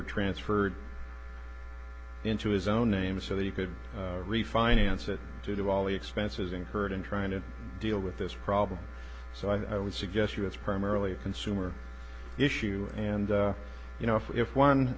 transferred into his own name so that you could refinance it to do all the expenses incurred in trying to deal with this problem so i would suggest you it's primarily consumer issue and you know if